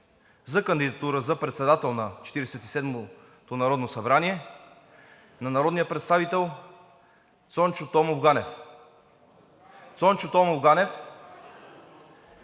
за кандидатура за председател на Четиридесет и седмото народно събрание на народния представител Цончо Томов Ганев. Цончо Томов Ганев